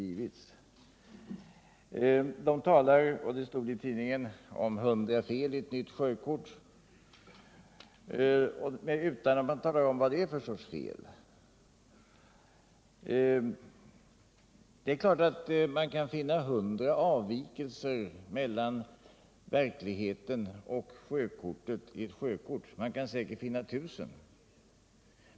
I tidningen talades det om 100 fel på ett nytt sjökort, men man talar inte om vad det är för sorts fel. Det är klart att man kan finna 100 avvikelser mellan verkligheten och sjökortet. Man kan säkert finna 1000.